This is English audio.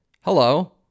Hello